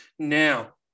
Now